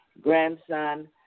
grandson